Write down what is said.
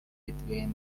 between